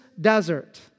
desert